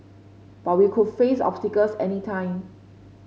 but we could face obstacles any time